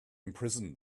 imprison